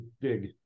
dig